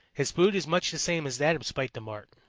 his food is much the same as that of spite the marten.